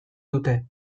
dute